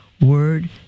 word